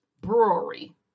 brewery